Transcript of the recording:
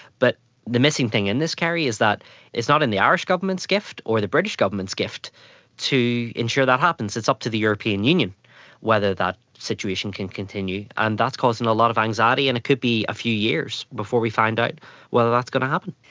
but the missing thing in this, keri, is that it's not in the irish government's gift or the british government's gift to ensure that happens, it's up to the european union whether that situation can continue, and that's causing a lot of anxiety and it could be a few years before we find out whether that's going to happen.